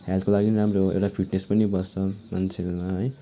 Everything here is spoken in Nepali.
हेल्थको लागि पनि राम्रो हो एउटा फिटनेस पनि बस्छ मान्छेकोमा है